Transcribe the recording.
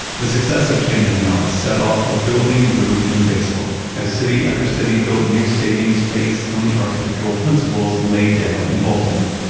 the success of camden yards set off a building boom in baseball as city after city built new stadiums based on the architectural principles laid down in baltimore.